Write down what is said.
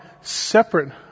separate